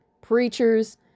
preachers